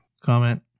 comment